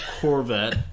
corvette